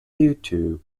youtube